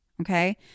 Okay